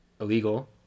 illegal